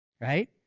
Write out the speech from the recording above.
right